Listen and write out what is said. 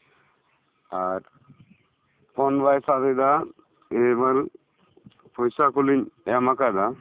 ᱟᱨ phone ᱵᱟᱭ ᱥᱟᱵᱮᱫᱼᱟ ᱮᱵᱟᱨ ᱯᱚᱭᱥᱟ ᱠᱚᱞᱤᱧ ᱮᱢ ᱟᱠᱫᱟ